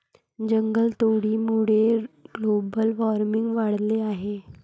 जंगलतोडीमुळे global warming वाढले आहे